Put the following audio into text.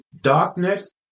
darkness